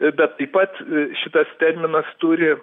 bet taip pat šitas terminas turi